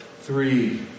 Three